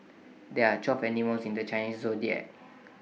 there are twelve animals in the Chinese Zodiac